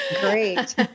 Great